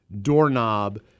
doorknob